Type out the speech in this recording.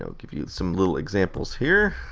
so give you you some little examples here.